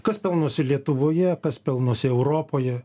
kas pelnosi lietuvoje kas pelnosi europoje